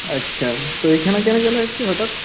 আচ্ছা তো এখানে কেন গেলে আজকে হঠাৎ